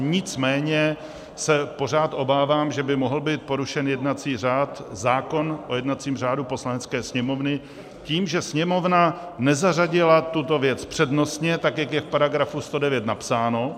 Nicméně se pořád obávám, že by mohl být porušen jednací řád, zákon o jednacím řádu Poslanecké sněmovny, tím, že Sněmovna nezařadila tuto věc přednostně, jak je v § 109 napsáno.